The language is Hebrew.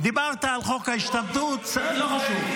דיברתי --- דיברת על חוק ההשתמטות, לא חשוב.